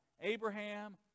Abraham